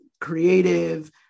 creative